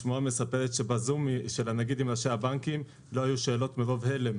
השמועה מספרת שבזום של הנגיד עם ראשי הבנקים לא היו שאלות מרוב הלם